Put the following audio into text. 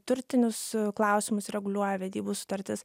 turtinius klausimus reguliuoja vedybų sutartis